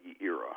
era